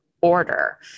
order